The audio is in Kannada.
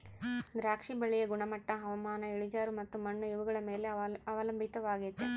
ದ್ರಾಕ್ಷಿ ಬಳ್ಳಿಯ ಗುಣಮಟ್ಟ ಹವಾಮಾನ, ಇಳಿಜಾರು ಮತ್ತು ಮಣ್ಣು ಇವುಗಳ ಮೇಲೆ ಅವಲಂಬಿತವಾಗೆತೆ